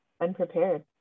unprepared